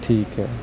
ਠੀਕ